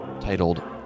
titled